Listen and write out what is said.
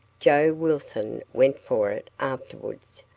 joe wilson went for it afterwards,